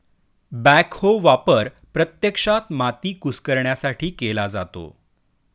backhoe वापर प्रत्यक्षात माती कुस्करण्यासाठी केला जातो